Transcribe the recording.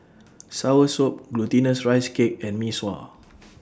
Soursop Glutinous Rice Cake and Mee Sua